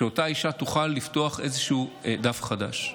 שאותה אישה תוכל לפתוח איזשהו דף חדש.